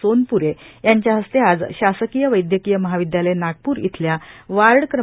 सोनप्रे याद्वया हस्ते आज शासकीय वव्व्यकीय महाविद्यालय नागपूर इथल्या वार्ड क्र